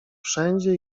wszędzie